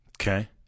Okay